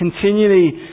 continually